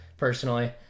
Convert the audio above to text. personally